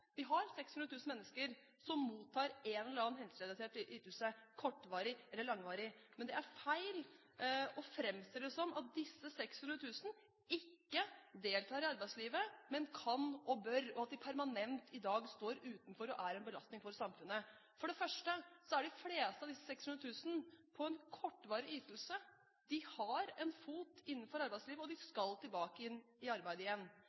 vi har 600 000 mennesker som mottar en eller annen helserelatert ytelse, kortvarig eller langvarig. Det er feil å framstille det som at disse 600 000 ikke deltar i arbeidslivet, men kan og bør, og at de permanent i dag står utenfor og er en belastning for samfunnet. For det første er de fleste av disse 600 000 på en kortvarig ytelse, de har en fot innenfor arbeidslivet, og de skal tilbake i arbeid igjen.